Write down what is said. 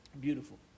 Beautiful